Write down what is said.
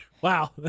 Wow